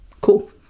cool